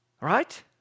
right